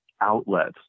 outlets